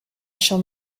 shall